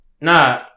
Nah